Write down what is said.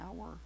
hour